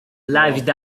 lived